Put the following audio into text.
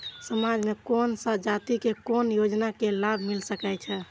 समाज में कोन सा जाति के कोन योजना के लाभ मिल सके छै?